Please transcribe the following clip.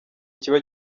kiba